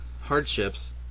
hardships